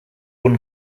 won